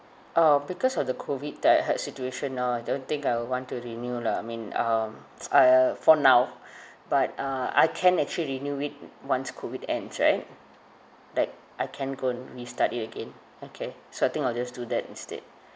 uh because of the COVID die hard situation now I don't think I will want to renew lah I mean um it's uh for now but uh I can actually renew it once COVID ends right like I can go and restart it again okay so I think I'll just do that instead